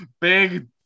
big